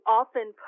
often